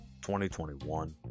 2021